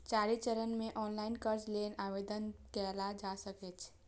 चारि चरण मे ऑनलाइन कर्ज लेल आवेदन कैल जा सकैए